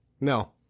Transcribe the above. No